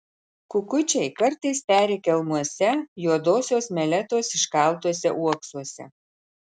kukučiai kartais peri kelmuose juodosios meletos iškaltuose uoksuose